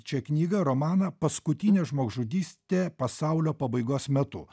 čią knygą romaną paskutinė žmogžudystė pasaulio pabaigos metu